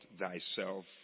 thyself